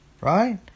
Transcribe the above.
right